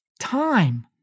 Time